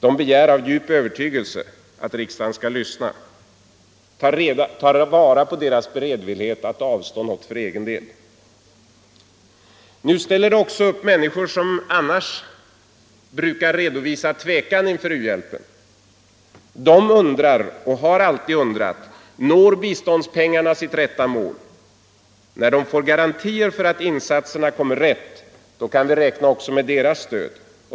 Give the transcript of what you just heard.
De begär — av djup övertygelse — att riksdagen — nu skall lyssna och ta vara på deras beredvillighet att avstå något för = Ytterligare insatser egen del. för svältdrabbade Denna gång ställer också människor upp som annars brukar redovisa — länder tvekan inför u-hjälpen. De undrar och har alltid undrat: Når biståndspengarna sitt rätta mål? När de får garantier för att insatserna kommer rätt kan vi räkna med även deras stöd.